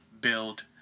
build